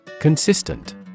Consistent